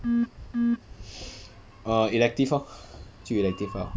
err elective lor 就 elective lah